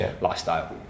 Lifestyle